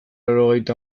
laurogeita